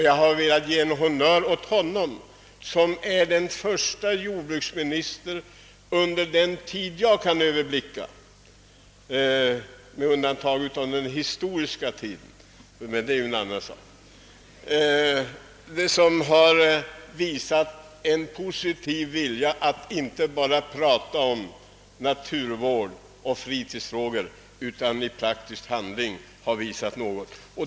Jag har velat ge en honnör åt honom, ty han är den förste jordbruksminister under den tid jag kan överblicka — med undantag av den historiska tiden, men det är en annan sak — som har visat en positiv vilja och inte bara pratat om naturvård och fritidsfrågor utan i praktisk handling gjort något.